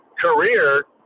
career